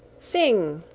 sing,